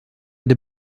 der